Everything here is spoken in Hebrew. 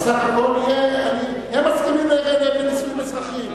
אבל סך הכול, הם מסכימים לנישואים אזרחיים.